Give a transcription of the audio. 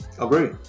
agree